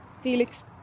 Felix